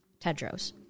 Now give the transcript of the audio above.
Tedros